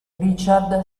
richard